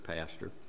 pastor